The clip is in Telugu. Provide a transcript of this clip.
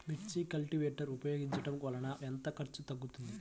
మిర్చి కల్టీవేటర్ ఉపయోగించటం వలన ఎంత ఖర్చు తగ్గుతుంది?